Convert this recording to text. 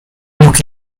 look